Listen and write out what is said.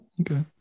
okay